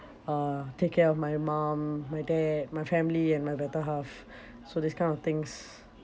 uh take care of my mum my dad my family and my better half so this kind of things